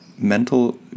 mental